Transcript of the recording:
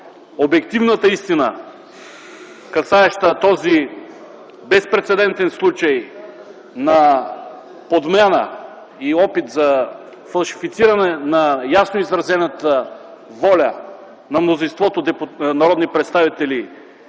обективната истина, касаеща този безпрецедентен случай на подмяна и опит за фалшифициране на ясно изразената воля на мнозинството народни представители